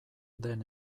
den